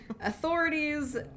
Authorities